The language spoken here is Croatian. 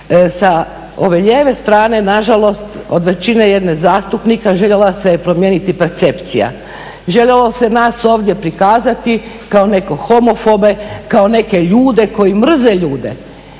sa ove lijeve strane nažalost od većine jedne zastupnika željela se je promijeniti percepcija, željelo se nas ovdje prikazati kao neke homofobe, kao neke ljude koji mrze ljude.